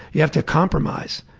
you have to compromise.